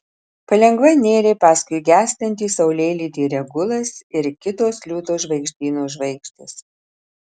palengva nėrė paskui gęstantį saulėlydį regulas ir kitos liūto žvaigždyno žvaigždės